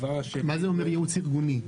מה זה אומר ייעוץ ארגוני?